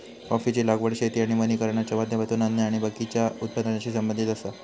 कॉफीची लागवड शेती आणि वानिकरणाच्या माध्यमातून अन्न आणि बाकीच्या उत्पादनाशी संबंधित आसा